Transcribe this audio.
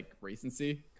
recency